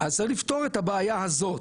אז זה לפתור את הבעיה הזאת.